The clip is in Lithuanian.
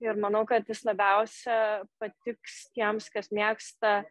ir manau kad jis labiausia patiks tiems kas mėgsta